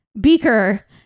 Beaker